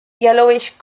yellowish